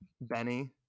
Benny